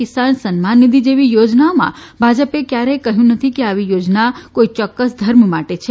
કિસાન સન્માન નિધિ જેવી યોજનાઓમાં ભાજપે ક્યારેય કહ્યું નથી કે આવી યોજના કોઇ યોક્કસ ધર્મ માટે છે